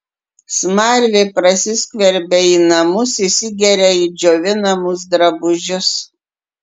smarvė prasiskverbia į namus įsigeria į džiovinamus drabužius